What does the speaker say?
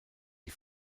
die